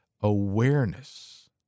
awareness